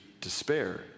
despair